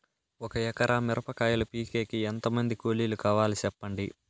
ఒక ఎకరా మిరప కాయలు పీకేకి ఎంత మంది కూలీలు కావాలి? సెప్పండి?